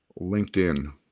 LinkedIn